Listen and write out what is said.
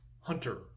Hunter